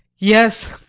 yes,